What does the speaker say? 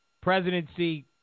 Presidency